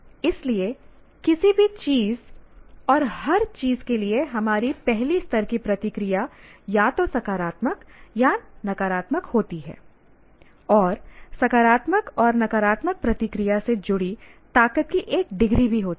इसलिए किसी भी चीज और हर चीज के लिए हमारी पहली स्तर की प्रतिक्रिया या तो सकारात्मक या नकारात्मक होती है और सकारात्मक और नकारात्मक प्रतिक्रिया से जुड़ी ताकत की एक डिग्री भी होती है